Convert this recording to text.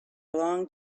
long